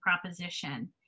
proposition